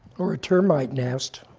or termite nest.